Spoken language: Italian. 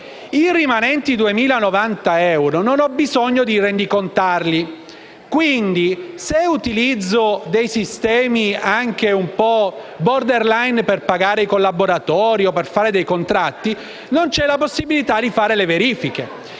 al partito, non ho bisogno di rendicontare i rimanenti. Quindi, se utilizzo dei sistemi anche un po' *borderline* per pagare i collaboratori o fare dei contratti, non c'è la possibilità di fare le verifiche.